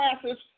classes